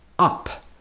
Up